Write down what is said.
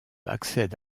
accède